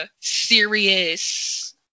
serious